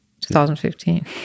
2015